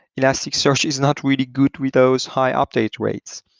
elasticsearch is not really good with those high update rates,